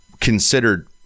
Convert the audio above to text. considered